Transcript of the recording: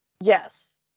Yes